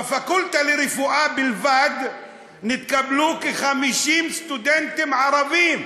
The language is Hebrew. בפקולטה לרפואה בלבד נתקבלו כ-50 סטודנטים ערבים.